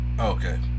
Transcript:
Okay